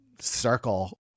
Circle